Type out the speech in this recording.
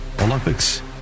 Olympics